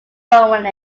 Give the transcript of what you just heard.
following